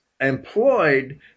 employed